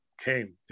came